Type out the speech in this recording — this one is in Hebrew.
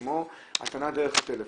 כמו הטענה דרך הטלפון,